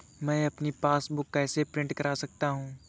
मैं अपनी पासबुक कैसे प्रिंट कर सकता हूँ?